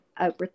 over